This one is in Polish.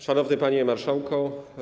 Szanowny Panie Marszałku!